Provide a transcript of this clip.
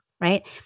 right